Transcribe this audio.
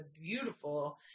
beautiful